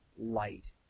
light